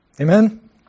Amen